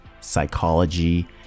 psychology